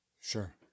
Sure